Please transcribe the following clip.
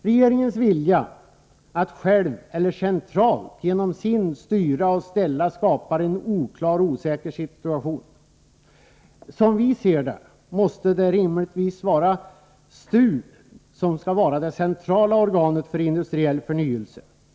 Regeringens vilja att själv eller centralt genom SIND styra och ställa skapar en oklar och osäker situation. Som vi ser det måste STU rimligtvis vara det centrala organet för industriell förnyelse.